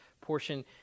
portion